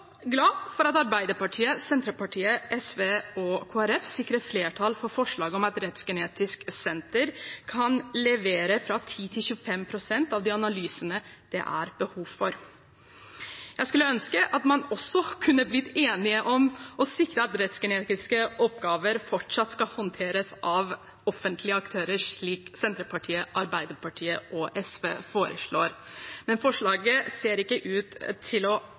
glad for at Arbeiderpartiet, Senterpartiet, SV og Kristelig Folkeparti sikrer flertall for forslaget om at Rettsgenetisk senter kan levere 10–25 pst. av analysene det er behov for. Jeg skulle ønske at man også kunne blitt enige om å sikre at rettsgenetiske oppgaver fortsatt skal håndteres av offentlige aktører, slik Senterpartiet, Arbeiderpartiet og SV foreslår, men forslaget ser ikke ut til å